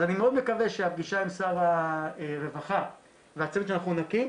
אז אני מאוד מקווה שהפגישה עם שר הרווחה והצוות שאנחנו נקים